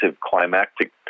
climactic